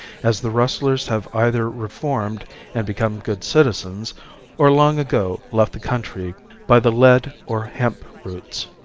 as the rustlers have either reformed and become good citizens or long ago left the country by the lead or hemp routes.